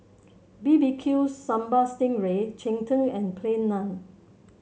B B Q Sambal Sting Ray Cheng Tng and Plain Naan